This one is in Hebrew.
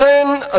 לכן,